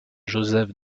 joseph